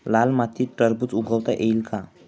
लाल मातीत टरबूज उगवता येईल का?